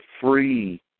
free